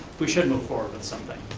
we should move forward with something.